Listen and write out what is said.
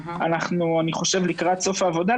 אנחנו לקראת סוף העבודה,